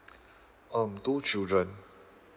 um two children so